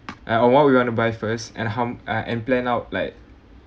and ah what you want to buy first and how~ and plan out like